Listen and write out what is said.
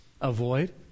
avoid